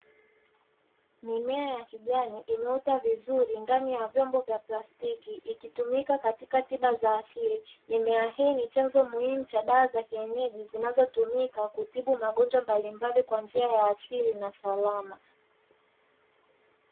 Mimea ya kijani imeota vizuri ndani ya vyombo vya plastiki ikitumika katika tiba za asili, Mimea hii ni chanzo muhimu cha dawa za kienyeji zinazo tumika kutibu magonjwa mbalimbali kwanjia ya asili na salama.